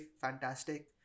fantastic